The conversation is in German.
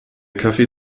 kaffee